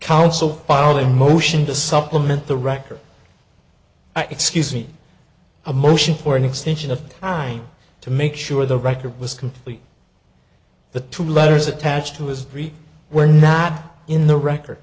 counsel filed a motion to supplement the record i excuse me a motion for an extension of time to make sure the record was complete the two letters attached to history were not in the record